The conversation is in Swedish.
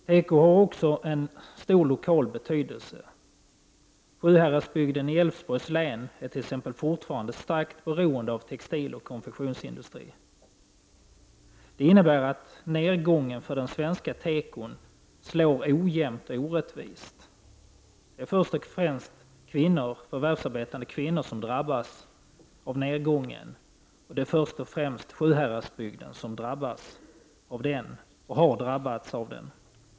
Tekoindustrin har också stor lokal betydelse. Sjuhäradsbygden i Älvsborgs län är t.ex. fortfarande starkt beroende av textiloch konfektionsindustri. Det innebär att nedgången för den svenska tekon slår ojämnt och orättvist. Det är först och främst förvärvsarbetande kvinnor som drabbas av nedgången, och det är först och främst Sjuhäradsbygden som drabbas och har drabbats av den.